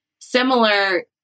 similar